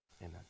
amen